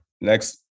next